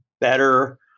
better